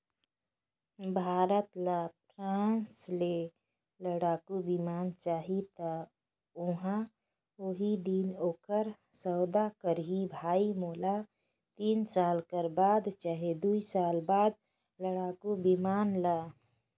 भारत ल फ्रांस ले लड़ाकु बिमान चाहीं त ओहा उहीं दिन ओखर सौदा करहीं भई मोला तीन साल कर बाद चहे दुई साल बाद लड़ाकू बिमान ल